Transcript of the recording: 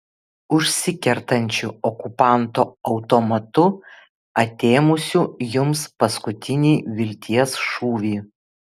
užsikertančiu okupanto automatu atėmusiu jums paskutinį vilties šūvį